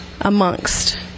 Amongst